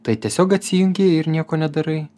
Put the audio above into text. tai tiesiog atsijungi ir nieko nedarai